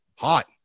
hot